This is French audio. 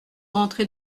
rentré